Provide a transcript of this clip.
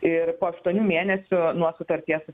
ir po aštuonių mėnesių nuo sutarties